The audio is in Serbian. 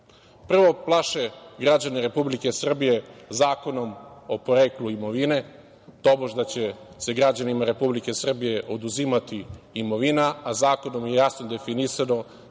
Prvo plaše građane Republike Srbije Zakonom o poreklu imovine, tobož da će se građanima Republike Srbije oduzimati imovina, a Zakonom je jasno definisano